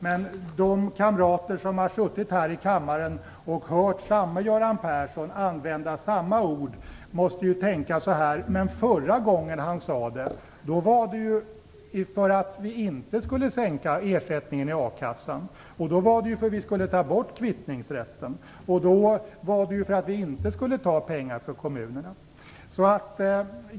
Men de kamrater som har hört samme Göran Persson använda samma ord tidigare här i kammaren måste ju tänka så här: Men förra gången han sade det var det ju för att vi inte skulle sänka ersättningen i a-kassan, för att vi skulle ta bort kvittningsrätten och för att vi inte skulle ta pengar från kommunerna.